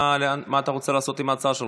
מה אתה רוצה לעשות עם ההצעה שלך?